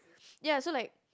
ya so like